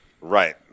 Right